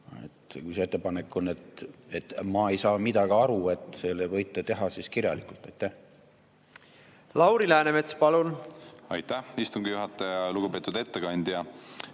Kui see ettepanek on, et "ma ei saa midagi aru", selle võite teha siis kirjalikult. Lauri Läänemets, palun! Aitäh, istungi juhataja! Lugupeetud ettekandja!